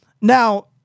now